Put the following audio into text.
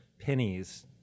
pennies